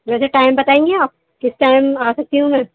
ویسے ٹائم بتائیں گی آپ کس ٹائم آ سکتی ہوں میں